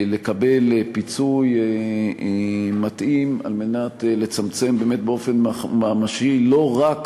לקבל פיצוי מתאים על מנת לצמצם באמת באופן ממשי לא רק